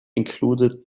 included